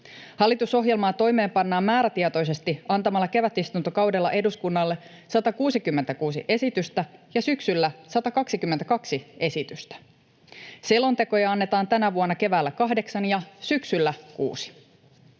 Hallitusohjelmaa toimeenpannaan määrätietoisesti antamalla kevätistuntokaudella eduskunnalle 166 esitystä ja syksyllä 122 esitystä. Selontekoja annetaan tänä vuonna keväällä kahdeksan ja syksyllä kuusi.